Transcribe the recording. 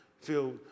feel